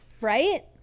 Right